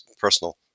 personal